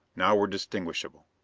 now were distinguishable.